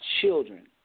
children